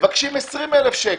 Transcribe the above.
מבקשים 20,000 שקל.